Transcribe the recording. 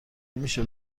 میشه